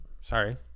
sorry